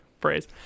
phrase